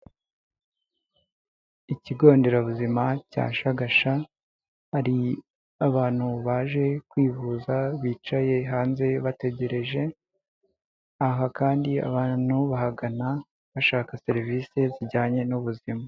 Ikigo nderabuzima cya Shagasha, hari abantu baje kwivuza bicaye hanze bategereje, aha kandi abantu bahagana bashaka serivise zijyanye n'ubuzima.